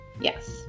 Yes